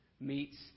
meets